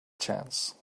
chance